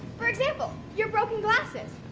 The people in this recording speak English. for example, your broken glasses.